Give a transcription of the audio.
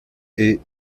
est